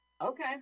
okay